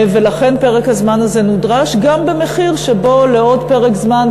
ולכן פרק הזמן נדרש גם במחיר שבו לעוד פרק זמן,